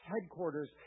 headquarters